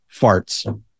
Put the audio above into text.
farts